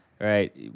right